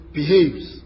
behaves